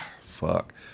Fuck